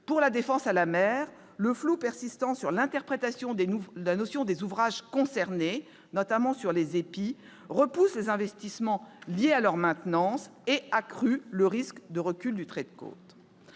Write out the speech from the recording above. Pour la défense contre la mer, le flou persistant sur l'interprétation de la notion d'ouvrage concerné, notamment sur les épis, repousse les investissements liés à leur maintenance et accroît le risque de recul du trait de côte.